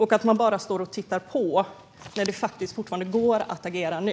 Man står bara och tittar på trots att det faktiskt går att agera nu.